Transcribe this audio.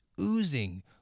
oozing